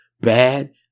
bad